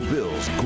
Bill's